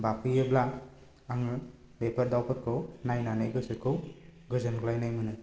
बाफैयोब्ला आङो बेफोर दावफोरखौ नायनानै गोसोखौ गोजोनग्लायनाय मोनो